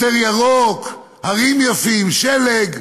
יותר ירוק, הרים יפים, שלג,